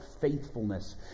faithfulness